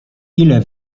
ile